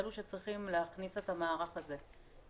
אלה שצריכים להכניס את המערך הזה,